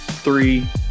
three